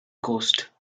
coast